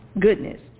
goodness